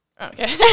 okay